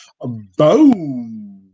boom